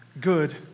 good